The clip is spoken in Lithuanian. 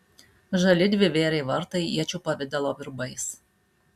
žali dvivėriai vartai iečių pavidalo virbais